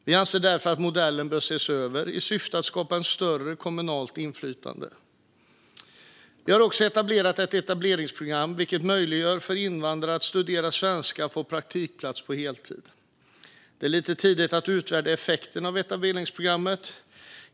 Vi anser därför att modellen bör ses över, i syfte att skapa ett större kommunalt inflytande. Vi har också inrättat ett etableringsprogram vilket möjliggör för invandrare att studera svenska eller att få praktikplats på heltid. Det är lite tidigt att utvärdera effekten av etableringsprogrammet.